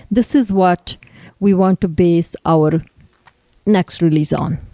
this is what we want to base our next release on,